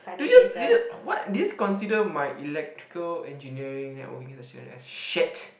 do you just did you just what did you just consider my electrical engineering networking session as shit